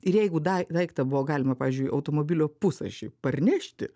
ir jeigu dai daiktą buvo galima pavyzdžiui automobilio pusašį parnešti